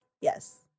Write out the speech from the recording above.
Yes